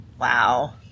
Wow